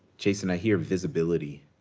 jason, i hear, visibility,